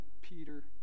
Peter